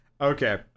Okay